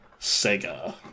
Sega